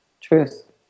Truth